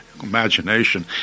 imagination